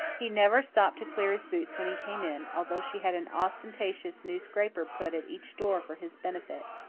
he never stopped to clear his boots when he came in, although she had an ostentatiously new scraper put at each door for his benefit.